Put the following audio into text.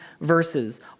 verses